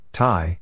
Thai